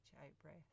out-breath